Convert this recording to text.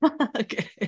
Okay